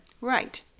Right